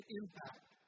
impact